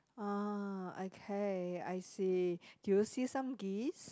ah okay I see did you see some geese